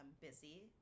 busy